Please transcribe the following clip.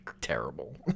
terrible